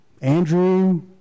Andrew